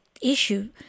issue